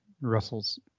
Russell's